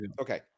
Okay